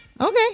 Okay